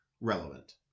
relevant